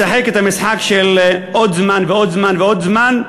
לשחק את המשחק של עוד זמן, ועוד זמן, ועוד זמן,